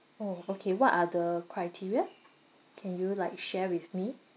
orh okay what are the the criteria can you like share with me